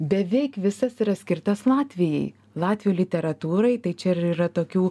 beveik visas yra skirtas latvijai latvių literatūrai tai čia ir yra tokių